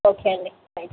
okay అండి thank you